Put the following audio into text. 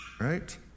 Right